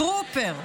טרופר,